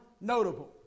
notable